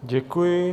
Děkuji.